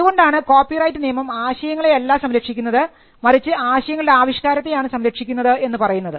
അതുകൊണ്ടാണ് copyright നിയമം ആശയങ്ങളെ അല്ല സംരക്ഷിക്കുന്നത് മറിച്ച് ആശയങ്ങളുടെ ആവിഷ്കാരത്തെ ആണ് സംരക്ഷിക്കുന്നത് എന്ന് പറയുന്നത്